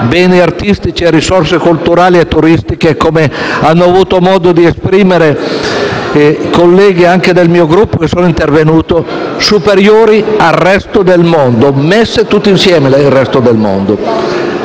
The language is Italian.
beni artistici e risorse culturali e turistiche (come hanno avuto modo di esprimere colleghi anche del mio Gruppo intervenuti) superiori al resto del mondo (messo tutto insieme il resto del mondo)